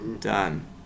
done